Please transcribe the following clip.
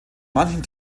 manchen